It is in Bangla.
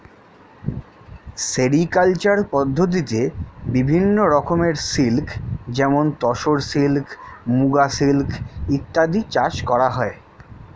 সেরিকালচার পদ্ধতিতে বিভিন্ন রকমের সিল্ক যেমন তসর সিল্ক, মুগা সিল্ক ইত্যাদি চাষ করা হয়